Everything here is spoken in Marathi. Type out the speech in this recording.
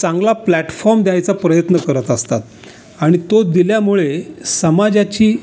चांगला प्लॅटफॉर्म द्यायचा प्रयत्न करत असतात आणि तो दिल्यामुळे समाजाची